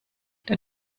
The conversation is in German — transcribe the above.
der